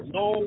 no